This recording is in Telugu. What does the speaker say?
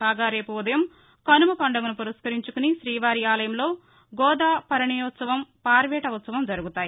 కాగా రేపు ఉదయం కనుమ పండుగను పురస్సరించుకుని శ్రీవారి ఆలయంలో గోదా పరిణయోత్పవం పార్వేట ఉత్పవం జరుగుతాయి